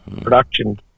production